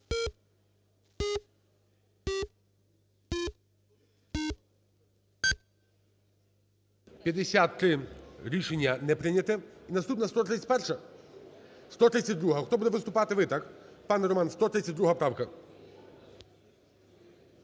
За-53 Рішення не прийнято. Наступна – 131-а? 132-а. Хто буде виступати? Ви, так? Пане Романе, 132 правка.